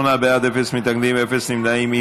58 בעד, אפס מתנגדים, אפס נמנעים.